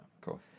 Cool